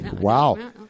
Wow